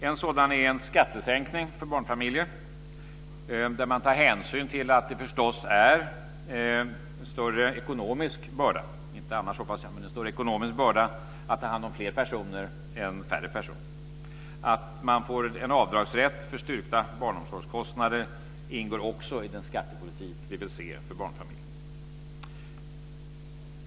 En sådan del är en skattesänkning för barnfamiljer, där man tar hänsyn till att det förstås är en större ekonomisk börda - inte annars, hoppas jag - att ta hand om fler personer än färre personer. Att man får en avdragsrätt för styrkta omsorgskostnader ingår också i den skattepolitik vi vill se för barnfamiljer.